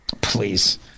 Please